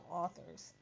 authors